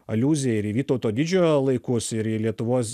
aliuzija ir į vytauto didžiojo laikus ir į lietuvos